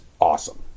awesome